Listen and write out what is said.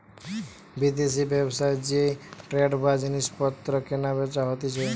বিদেশি ব্যবসায় যে ট্রেড বা জিনিস পত্র কেনা বেচা হতিছে